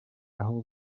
aho